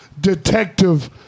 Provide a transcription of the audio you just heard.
detective